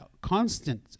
constant